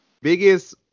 Biggest